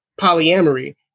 polyamory